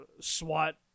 swat